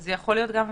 זה יכול להיות גם וגם.